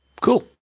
Cool